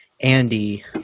Andy